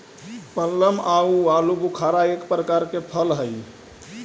plum आउ आलूबुखारा एक प्रकार के फल हई